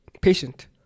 Patient